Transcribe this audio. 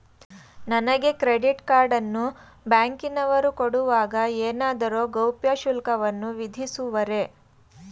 ನನಗೆ credit card ಅನ್ನು ಬ್ಯಾಂಕಿನವರು ಕೊಡುವಾಗ ಏನಾದರೂ ಗೌಪ್ಯ ಶುಲ್ಕವನ್ನು ವಿಧಿಸುವರೇ?